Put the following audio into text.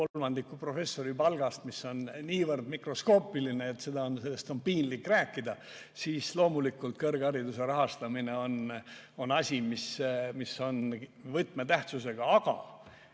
kolmandiku professori palgast, mis on niivõrd mikroskoopiline, et sellest on piinlik rääkida. Loomulikult on kõrghariduse rahastamine asi, mis on võtmetähtsusega. Aga